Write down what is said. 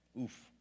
Oof